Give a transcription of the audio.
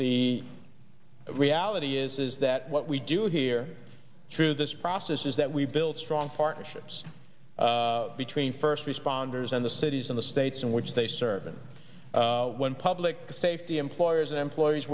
the reality is is that what we do here through this process is that we build strong partnerships between first responders and the cities in the states in which they serve and when public safety employers and employees